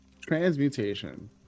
Transmutation